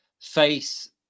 face